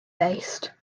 based